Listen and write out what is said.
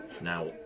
now